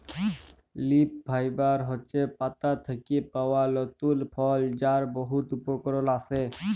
leaf fibre হছে পাতা থ্যাকে পাউয়া তলতু ফল যার বহুত উপকরল আসে